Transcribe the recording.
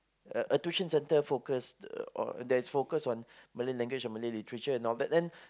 a a tuition center focus on that is focus on Malay language or Malay literature and all that then